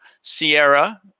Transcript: Sierra